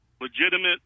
legitimate